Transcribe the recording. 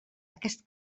aquest